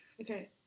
Okay